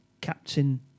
Captain